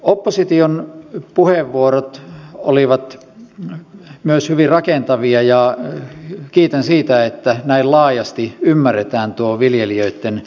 opposition puheenvuorot olivat myös hyvin rakentavia ja kiitän siitä että näin laajasti ymmärretään tuo viljelijöitten ahdinko